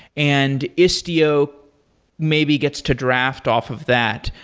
and istio maybe gets to draft off of that.